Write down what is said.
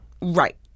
Right